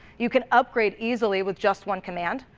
you can upgrade easily with just one command,